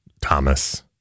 Thomas